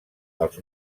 els